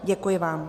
Děkuji vám.